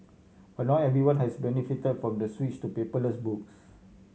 but not everyone has benefited from the switch to paperless books